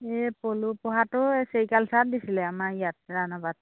এই পলু পোহাটো ছেৰিকালচাৰত দিছিলে আমাৰ ইয়াত ৰাওণাবাদ